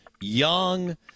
Young